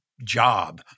job